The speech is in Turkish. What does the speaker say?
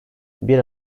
bir